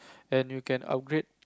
and you can upgrade